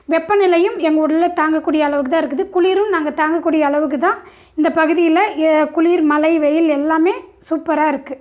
வெப்ப நிலையும் எங்கள் ஊரில் தாங்கக்கூடிய அளவுக்குத்தான் இருக்குது குளிரும் நாங்கள் தாங்கக்கூடிய அளவுக்குத்தான் இந்த பகுதியில் குளிர் மழை வெய்யில் எல்லாமே சூப்பராக இருக்குது